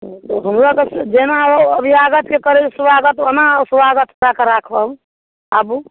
हमे तऽ जेना ओ अभ्यागतके करबै स्वागत ओना ओ स्वागत कै के राखब आबू